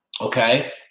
Okay